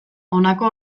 honako